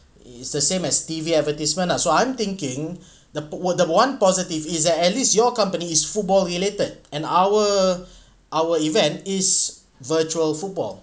it's the same as T_V advertisement ah so I'm thinking the the one positive is that at least your company is football related and our our event is virtual football